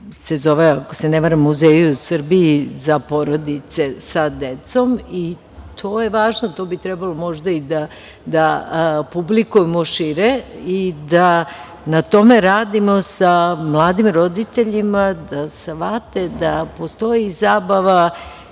se zove, ako se ne varam „Muzeji u Srbiji za porodice sa decom“ i to je važno. Trebalo bi možda da publikujemo šire i da na tome radimo sa mladim roditeljima da shvate da postoji zabava